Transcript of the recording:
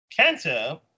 Kenta